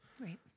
Right